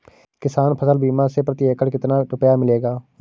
किसान फसल बीमा से प्रति एकड़ कितना रुपया मिलेगा?